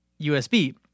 USB